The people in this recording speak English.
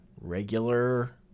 regular